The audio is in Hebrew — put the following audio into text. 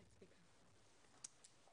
אני היועץ הכלכלי של כנפיים,